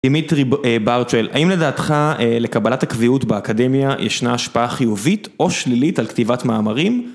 דמיטרי ברצ'ל האם לדעתך לקבלת הקביעות באקדמיה ישנה השפעה חיובית או שלילית על כתיבת מאמרים?